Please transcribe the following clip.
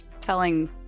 telling